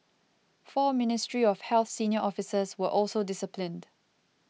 four Ministry of Health senior officers were also disciplined